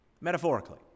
metaphorically